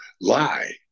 lie